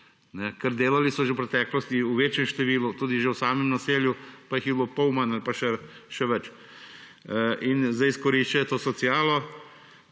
Ker delali so že v preteklosti v večjem številu, tudi že v samem naselju, pa jih je bilo pol manj ali pa še več. In zdaj izkoriščajo to socialo.